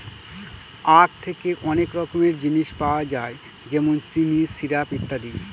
আঁখ থেকে অনেক রকমের জিনিস পাওয়া যায় যেমন চিনি, সিরাপ, ইত্যাদি